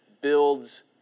builds